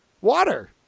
water